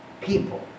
people